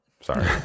sorry